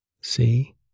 See